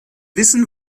wissen